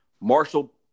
Marshall